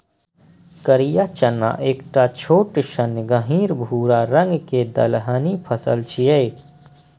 करिया चना एकटा छोट सन गहींर भूरा रंग के दलहनी फसल छियै